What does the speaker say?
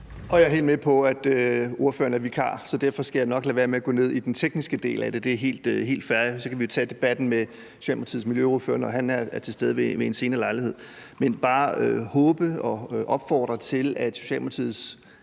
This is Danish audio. Jeg er helt med på, at ordføreren er vikar, så derfor skal jeg nok lade være med at gå ned i den tekniske del af det – det er helt fair. Så kan vi jo tage debatten med Socialdemokratiets miljøordfører, når han er til stede ved en senere lejlighed. Men jeg vil bare opfordre til, at Socialdemokratiets